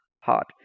hot